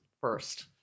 first